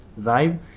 vibe